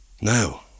now